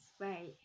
Right